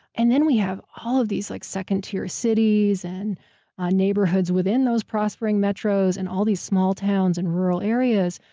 and then we have all of these like second tier cities, and neighborhoods within those prospering metros, and all these small towns in rural areas,